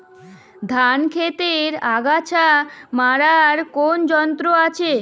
ধান ক্ষেতের আগাছা মারার কোন যন্ত্র আছে?